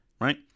right